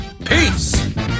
Peace